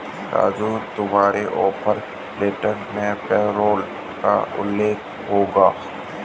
राजू तुम्हारे offer letter में payroll का उल्लेख होगा